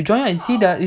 you join ah you see the